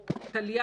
וכו',